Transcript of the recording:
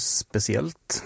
speciellt